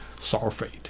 sulfate